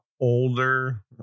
older